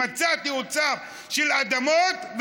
מצאתי אוצר של אדמות,